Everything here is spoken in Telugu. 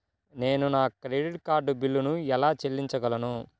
నేను నా క్రెడిట్ కార్డ్ బిల్లును ఎలా చెల్లించగలను?